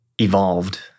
evolved